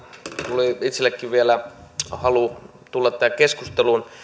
tuli itsellekin vielä halu tulla tähän keskusteluun